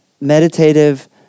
meditative